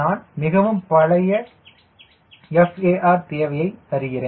நான் மிகவும் பழைய FAR தேவையை தருகிறேன்